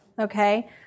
okay